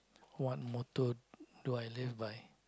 what motto do I live by